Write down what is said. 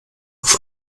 auf